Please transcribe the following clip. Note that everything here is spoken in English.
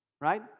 right